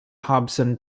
hobson